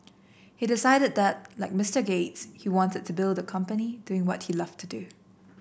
he decided that like Mister Gates he wanted to build the company doing what he loved to do